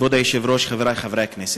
כבוד היושב-ראש, חברי חברי הכנסת,